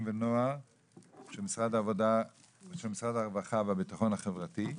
ונוער של משרד הרווחה והביטחון החברתי.